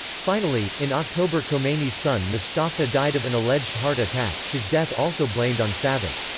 finally, in october khomeini's son mostafa died of an alleged heart attack, his death also blamed on savak.